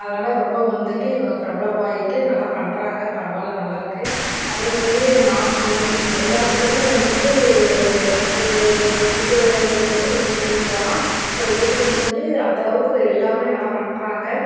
அதனால் ரொம்ப வந்துட்டு இவங்க பிரபலமாகிட்டு நல்லா பண்ணுறாங்க பரவாயில்ல நல்லா இருக்குது அதே மாதிரியே நாட்டியம் எல்லாத்துக்குமே வந்துட்டு எனக்கு பிடிச்சது வந்துட்டு விஜய் டிவினு சொல்லலாம் ஸோ விஜய் டிவியில் வந்துட்டு அந்தளவுக்கு எல்லாமே நல்லா பண்ணுறாங்க